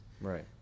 Right